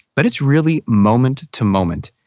but it's really moment to moment.